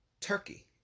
Turkey